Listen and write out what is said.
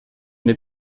n’ai